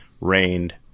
rained